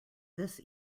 this